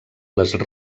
les